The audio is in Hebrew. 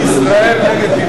תחבורה (הרשות הלאומית לבטיחות),